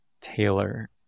Taylor